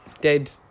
Dead